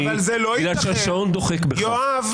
בגלל שהשעון דוחק בך -- יואב,